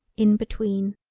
in between.